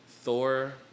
Thor